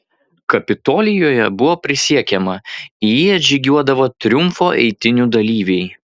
kapitolijuje buvo prisiekiama į jį atžygiuodavo triumfo eitynių dalyviai